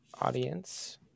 audience